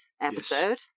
episode